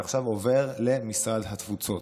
וזה עכשיו עובר למשרד התפוצות.